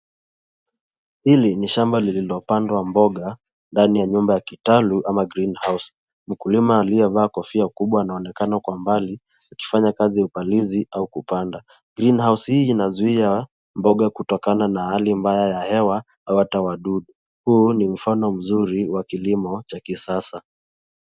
Hili ni shamba lililo pandwa mboga ndani ya nyumba ya kitalu au greenhouse . Mkulima aliyevaa kofia kubwa anaonekana kwa umbali akifanya kazi ya upalilizi au kupanda. greenhouse hii inazuia mboga kutoka na hali mbaya ya hewa au wadudu . Huu ni mfano mzuri wa kilimo cha kisasa.